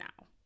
now